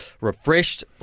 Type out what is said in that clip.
refreshed